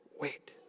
Wait